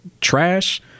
trash